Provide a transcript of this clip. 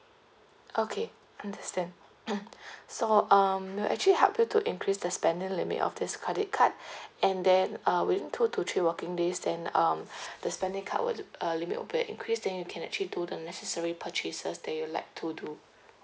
okay understand so um we'll actually help you to increase the spending limit of this credit card and then uh within two to three working days then um the spending card would uh limit will be increased then you can actually do the necessary purchases that you'd like to do